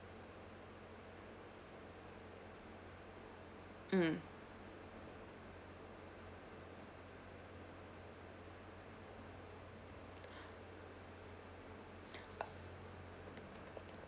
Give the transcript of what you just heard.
mm